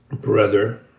brother